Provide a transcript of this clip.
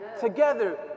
Together